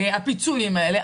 הפיצויים האלה,